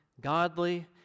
godly